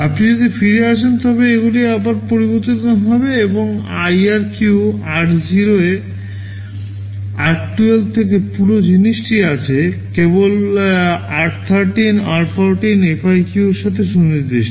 আপনি যদি ফিরে আসেন তবে এগুলি আবার পরিবর্তন হবে এবং IRQ r0এ r12 থেকে পুরো জিনিসটি আছে কেবল r13 r14 FIQ এর সাথে সুনির্দিষ্ট